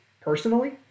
personally